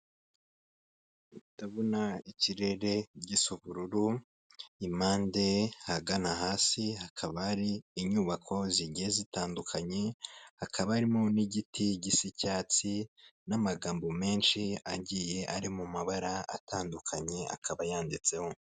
Ndabona ikirere gisa ubururu, impande ahagana hasi hakaba hari inyubako zigiye zitandukanye, hakaba harimo n'igiti gisi icyatsi, n'amagambo menshi agiye ari mu mabara atandukanye akaba yanditseho.